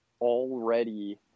already